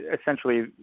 essentially